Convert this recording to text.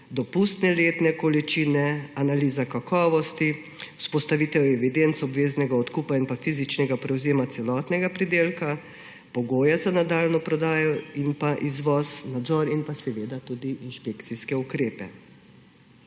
dopustne letne količine, analiza kakovosti, vzpostavitev evidenc obveznega odkupa in pa fizičnega prevzema celotnega pridelka, pogoje za nadaljnjo prodajo in izvoz, nadzor in tudi inšpekcijske ukrepe.